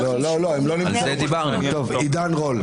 עידן רול,